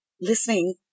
listening